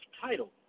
title